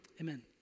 Amen